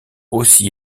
aussi